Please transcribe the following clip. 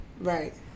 Right